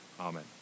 Amen